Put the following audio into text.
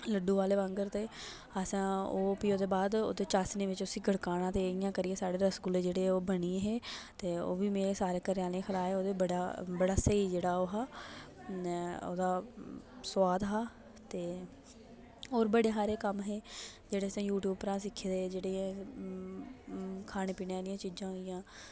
लड्डू आह्लै आंह्गर ते ओह्दै बाद असैं चासनी च गड़काना ते इयां करियै साढ़ा रसगुल्ले बनी गे हे ते ओह् बी में सारे घरे आह्लें गी खलाए हे ओह् बी में बड़ा स्हेई जेह्ड़ा ओह् हा ओह्दा सोआद हा ते होर बड़े हाके कम्म हे जेह्ड़े असैं यूटयूब उप्परा दा सिक्खे दे खानें पीनें आह्लियां चीजां होई गेइयां